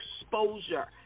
exposure